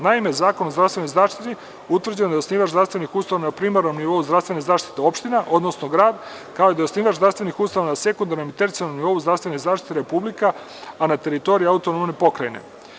Naime, Zakonom o zdravstvenoj zaštiti utvrđeno je da osnivač zdravstvenih ustanova, na primarnom nivou zdravstvene zaštite opština odnosno grad, kao i da osnivač zdravstvenih ustanova na sekundarnom i tercijalnom nivou zdravstvene zaštite Republika, a na teritoriji AP.